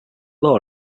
law